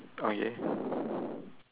okay